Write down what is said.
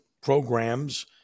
programs